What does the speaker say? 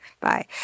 Bye